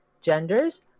genders